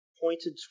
pointed